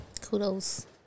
Kudos